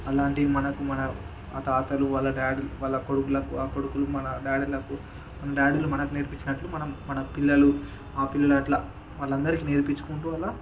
అలాంటివి మనకు మన తాతలు వాళ్ళ డాడులు వాళ్ళ కొడుకులకు ఆ కొడుకులు మన డాడులకు మన డాడులు మనకు నేర్పించినట్లు మనం మన పిల్లలు మా పిల్లలు అట్ల వాళ్ళందరికి నేర్పించుకుంటూ అలా